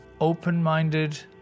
open-minded